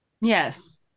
Yes